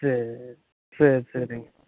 சரி சரி சரிங்க